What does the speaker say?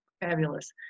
fabulous